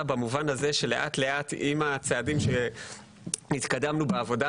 במובן הזה שלאט לאט עם הצעדים שהתקדמנו בעבודה,